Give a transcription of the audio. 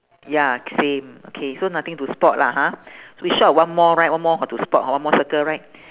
ya k~ same okay so nothing to spot lah ha so we short of one more right one more hor to spot one more circle right